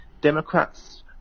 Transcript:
Democrats